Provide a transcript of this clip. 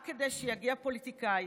רק כדי שיגיע פוליטיקאי,